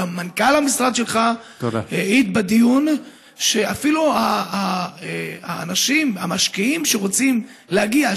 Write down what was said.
גם מנכ"ל המשרד שלך העיד בדיון שאפילו האנשים המשקיעים שרוצים להגיע,